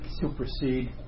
supersede